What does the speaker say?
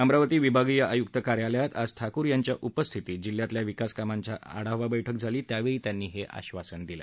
अमरावती विभागीय आयुक्त कार्यालयात आज ठाकूर यांच्या उपस्थितित जिल्ह्यातल्या विकास कामांची आढावा बैठक झाली त्यावेळी त्यांनी हे आश्वासन दिलं